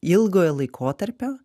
ilgojo laikotarpio